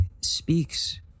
speaks